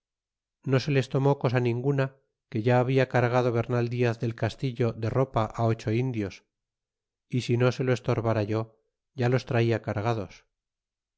no se les tomó cosa ninguna que ya habla cargado bernal diaz del castillo de ropa á ocho indios é si no se lo estorbara yo ya los trata cargados